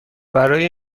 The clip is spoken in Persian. برای